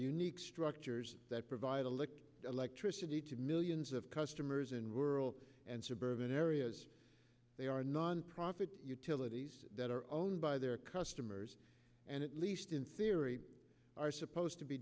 unique structures that provide a lick electricity to millions of customers in rural and suburban areas they are nonprofit utilities that are owned by their customers and at least in theory are supposed to be